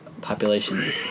population